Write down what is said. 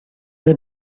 were